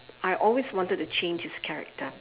I always wanted to change his character